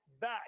back